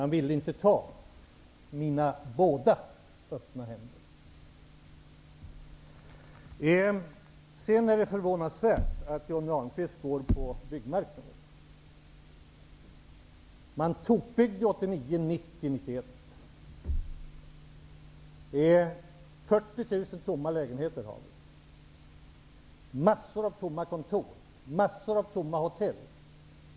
Ni ville inte ta mina båda öppna händer. Det är förvånansvärt att Johnny Ahlqvist nämner byggmarknaden. Man tokbyggde 1989--1991. Vi har 40 000 tomma lägenheter, massor av tomma kontor och massor av tomma hotell.